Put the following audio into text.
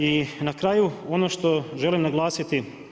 I na kraju ono što želim naglasiti.